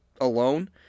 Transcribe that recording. alone